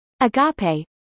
Agape